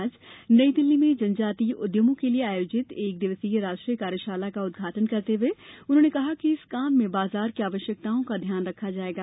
आज नई दिल्ली में जनजातीय उद्यमों के लिए आयोजित एक दिवसीय राष्ट्रीय कार्यशाला का उद्घाटन करते हुए उन्होंने कहा कि इस काम में बाजार की आवश्यकताओं का ध्यान रखा जायेगा